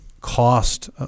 cost